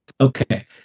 okay